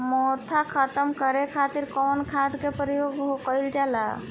मोथा खत्म करे खातीर कउन खाद के प्रयोग कइल जाला?